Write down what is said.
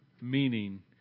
meaning